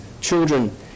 children